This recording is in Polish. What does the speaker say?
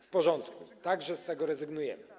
W porządku, także z tego rezygnujemy.